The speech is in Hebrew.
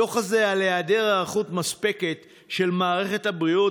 הדוח הזה על היעדר היערכות מספקת של מערכת הבריאות